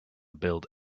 build